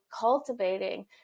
cultivating